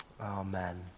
Amen